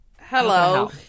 Hello